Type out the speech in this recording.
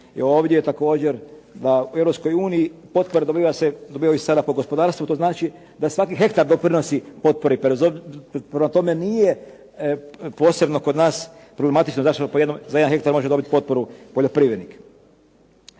ovdje također da u EU potporu dobivaju sela po gospodarstvu to znači da svaki hektar doprinosi potpori. Prema tome nije posebno kod nas problematično znači da za jedan hektar može dobiti potporu poljoprivrednik.